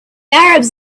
arabs